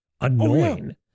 annoying